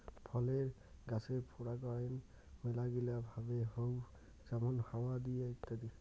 ফলের গাছের পরাগায়ন মেলাগিলা ভাবে হউ যেমন হাওয়া দিয়ে ইত্যাদি